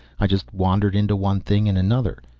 i just wandered into one thing and another.